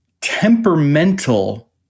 temperamental